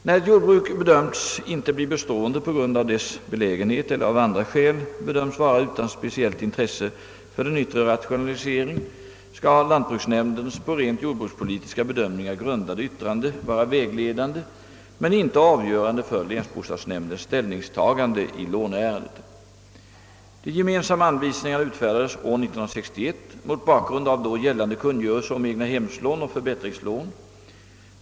När ett jordbruk bedömts inte bli bestående på grund av dess belägenhet eller av andra skäl bedöms vara utan speciellt intresse för den yttre rationaliseringen, skall lantbruksnämndens på rent jordbrukspolitiska bedömningar grundade yttrande vara vägledande men inte avgörande för länsbostadsnämndens ställningstagande i låneärendet. De gemensamma anvisningarna utfärdades år 1961 mot bakgrund av då gällande kungörelser om egnahemslån och förbättringslån.